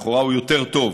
לכאורה הוא יותר טוב,